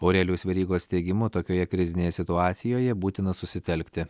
aurelijaus verygos teigimu tokioje krizinėje situacijoje būtina susitelkti